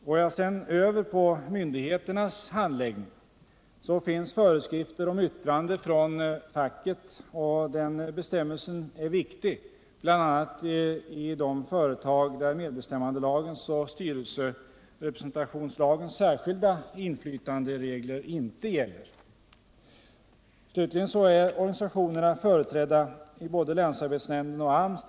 Går jag sedan över på myndigheternas handläggning, så kan jag konstatera att det finns föreskrifter om yttrande från facket, och den bestämmelsen är viktig bl.a. i de företag där medbestämmandelagens och styrelserepresentationslagens särskilda inflytanderegler inte gäller. Slutligen är organisationerna företrädda i både länsarbetsnämnden och AMS.